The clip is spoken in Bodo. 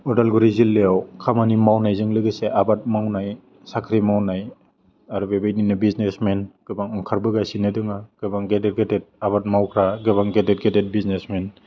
अदालगुरि जिल्लायाव खामानि मावनायजों लोगोसे आबाद मावनाय साख्रि मावनाय आर बे बायदिनो बिजनेसमेन गोबां ओंखारबोगासिनो दङ गोबां गेदेर गेदेर आबाद मावग्रा गोबां गेदेर गेदेर बिजनेजमेन